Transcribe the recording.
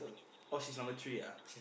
oh she's number three ah